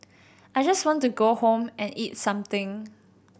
I just want to go home and eat something